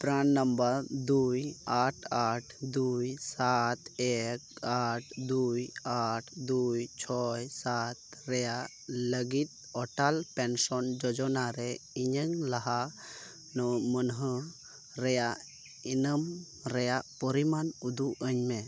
ᱯᱨᱟᱱ number ᱫᱩᱭ ᱟᱴ ᱟᱴ ᱫᱩᱭ ᱥᱟᱛ ᱮᱠ ᱟᱴ ᱫᱩᱭ ᱟᱴ ᱫᱩᱭ ᱪᱷᱚᱭ ᱥᱟᱛ ᱨᱮᱱᱟᱜ ᱞᱟᱹᱜᱤᱫ ᱚᱴᱚᱞ ᱯᱮᱱᱥᱚᱱ ᱡᱳᱡᱚᱱᱟ ᱨᱮ ᱤᱧᱟᱹᱜ ᱞᱟᱦᱟ ᱢᱟᱹᱱᱦᱟᱹ ᱨᱮᱱᱟᱜ ᱮᱱᱮᱢ ᱨᱮᱱᱟᱜ ᱯᱚᱨᱤᱢᱟᱱ ᱩᱫᱩᱜ ᱟᱹᱧᱢᱮ